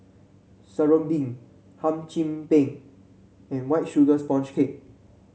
serunding Hum Chim Peng and White Sugar Sponge Cake